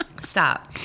Stop